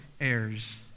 heirs